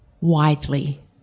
widely